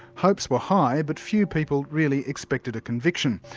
hopes were high but few people really expected a conviction.